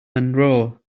monroe